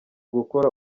gukora